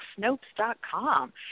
Snopes.com